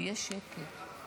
שיהיה שקט.